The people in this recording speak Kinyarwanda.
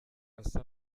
asa